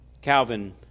Calvin